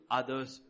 others